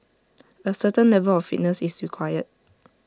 A certain level of fitness is required